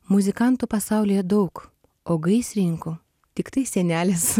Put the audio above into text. muzikantų pasaulyje daug o gaisrininkų tiktai senelis